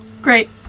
great